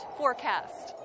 forecast